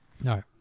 No